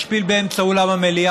יש פיל באמצע אולם המליאה,